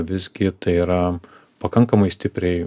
visgi tai yra pakankamai stipriai